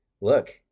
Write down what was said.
look